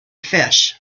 fish